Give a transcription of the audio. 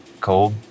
cold